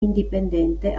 indipendente